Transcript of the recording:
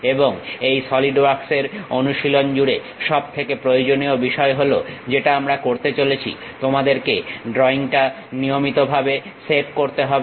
এবং এই সলিড ওয়ার্কসের অনুশীলন জুড়ে সবথেকে প্রয়োজনীয় বিষয় হলো যেটা আমরা করতে চলেছি তোমাদেরকে ড্রইংটা নিয়মিতভাবে সেভ করতে হবে